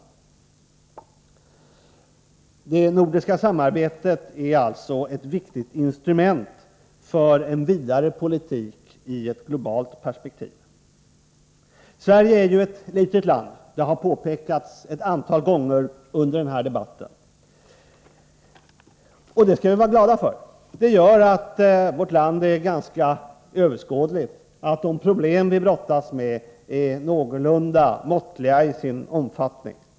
Det nordiska samarbetet är alltså ett viktigt instrument för en vidare politik i ett globalt perspektiv. Sverige är ett litet land, det har påpekats ett antal gånger under den här debatten, och det skall vi vara glada för. Det gör att vårt land är ganska överskådligt och att de problem vi brottas med är någorlunda måttliga i sin omfattning.